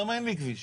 למה אין לי כביש?